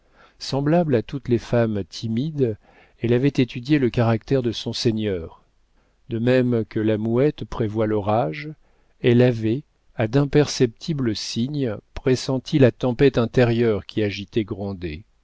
semblable à toutes les femmes timides elle avait étudié le caractère de son seigneur de même que la mouette prévoit l'orage elle avait à d'imperceptibles signes pressenti la tempête intérieure qui agitait